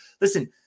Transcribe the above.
Listen